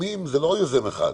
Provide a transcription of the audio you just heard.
יוזמים זה לא יוזם אחד,